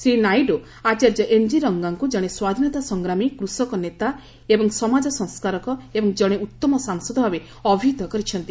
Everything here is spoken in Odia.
ଶ୍ରୀ ନାଇଡ଼ ଆଚାର୍ଯ୍ୟ ଏନ୍ଜିରଙ୍ଗାଙ୍କ ଜଣେ ସ୍ୱାଧୀନତା ସଂଗ୍ରାମୀ କୃଷକ ନେତା ଏବଂ ସମାଜ ସଂସ୍କାରକ ଏବଂ ଜଣେ ଉତ୍ତମ ସାଂସଦ ଭାବେ ଅଭିହିତ କରିଛନ୍ତି